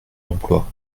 d’emploi